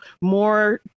more